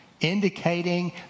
Indicating